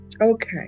Okay